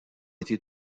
été